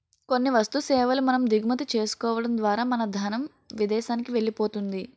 కొన్ని వస్తు సేవల మనం దిగుమతి చేసుకోవడం ద్వారా మన ధనం విదేశానికి వెళ్ళిపోతుంది